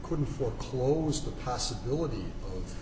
couldn't foreclosed the possibility